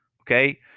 Okay